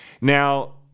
now